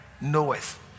knoweth